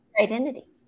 identity